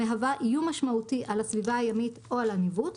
המהווה איום משמעותי על הסביבה הימית או על הניווט,